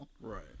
Right